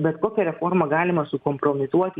bet kokią reformą galima sukompromituoti